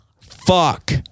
Fuck